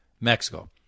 Mexico